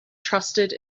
trusted